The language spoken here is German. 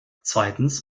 zweitens